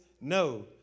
No